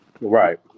Right